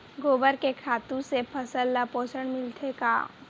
गोबर के खातु से फसल ल पोषण मिलथे का?